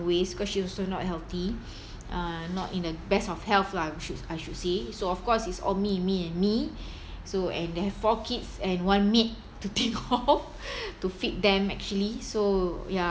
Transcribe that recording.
ways because she also not healthy uh not in the best of health lah should I should say so of course it's all me me and me so and there four kids and one maid to think of to feed them actually so ya